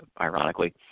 ironically